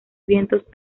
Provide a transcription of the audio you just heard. vientos